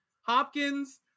Hopkins